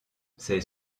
c’est